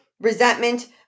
resentment